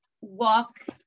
walk